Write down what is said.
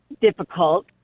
difficult